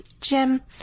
Jim